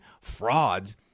Frauds